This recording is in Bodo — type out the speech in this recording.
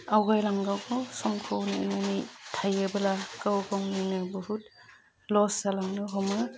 आवगायलांनांगौ समखौ नेनानै थायोब्ला गाव गावनिनो बहुद लस जालांनो हमो